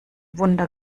wunder